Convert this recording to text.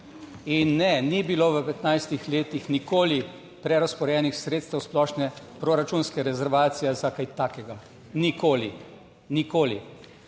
in ne, ni bilo v 15 letih nikoli prerazporejenih sredstev splošne proračunske rezervacije za kaj takega, nikoli, nikoli.